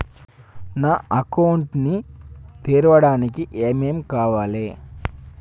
నా అకౌంట్ ని తెరవడానికి ఏం ఏం కావాలే?